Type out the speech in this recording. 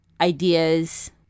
ideas